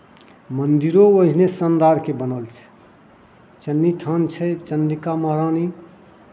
मन्दिरो ओहने शानदारके बनल छै चण्डी थान छै चण्डिका महारानी